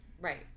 Right